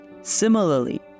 Similarly